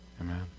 Amen